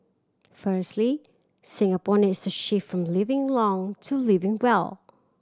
firstly Singapore needs to shift from living long to living well